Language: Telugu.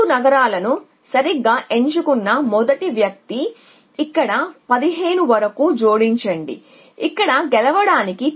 3 నగరాలను సరిగ్గా ఎంచుకున్న మొదటి వ్యక్తి ఇక్కడ 15 వరకు జోడించండి ఇక్కడ గెలవడానికి